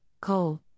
coal